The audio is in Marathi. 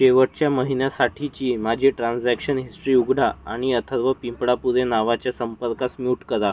शेवटच्या महिन्यासाठीची माझी ट्रान्झॅक्शन हिस्टरी उघडा आणि अथर्व पिंपळापुरे नावाच्या संपर्कास म्यूट करा